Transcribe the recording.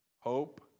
Hope